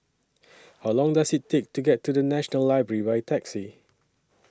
How Long Does IT Take to get to The National Library By Taxi